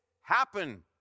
happen